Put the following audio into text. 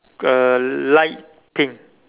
uh light pink